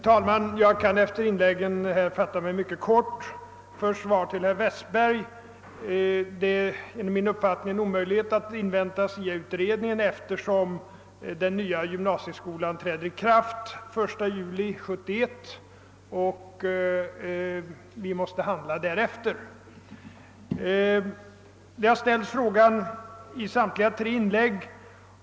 Herr talman! Efter de inlägg son har gjorts kan jag: fatta mig mycket kort. : Det är enligt min uppfattning omöjligt, herr Westberg i Ljusdal, att invänta SIA-utredningen eftersom den nya gymnasieskolan träder i kraft den 1 juli 1971 och vi måste handla därefter. I samtliga tre inlägg har fränt.